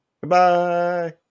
Goodbye